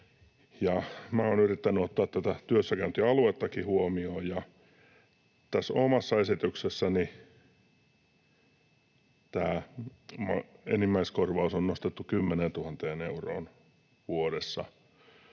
olen yrittänyt ottaa tätä työssäkäyntialuettakin huomioon, ja tässä omassa esityksessäni tämä enimmäiskorvaus on nostettu 10 000 euroon vuodessa.